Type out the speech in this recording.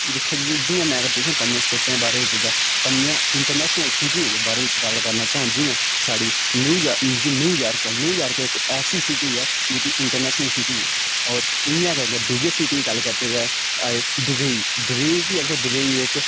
दिक्खो जी जि'यां मै अगर तुसें'गी पंजें स्टेट बारै पंजें इंटरनेशनल सिटिज दे बारे च गल्ल करना चांह जि'यां साढ़ी न्यू यार्क ऐ न्यू यार्क इक ऐसी सिटी ऐ जेह्की इंटरनेशनल सिटी ऐ होर इ'यै गै अगर दुए सिटी दी गल्ल करचै तां दुबेई दुबेई इक